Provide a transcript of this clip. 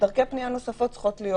דרכי פנייה נוספות צריכות להיות